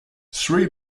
sri